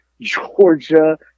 Georgia